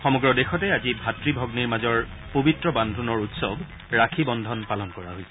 সমগ্ৰ দেশতে আজি ভাতৃ ভগ্নীৰ মাজৰ পবিত্ৰ বান্ধোনৰ উৎসৱ ৰাখী বন্ধন পালন কৰা হৈছে